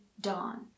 dawn